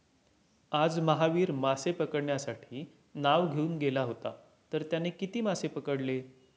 आज महावीर मासे पकडण्यासाठी नाव घेऊन गेला होता तर त्याने किती मासे पकडले?